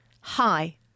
Hi